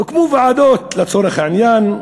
הוקמו ועדות לצורך העניין,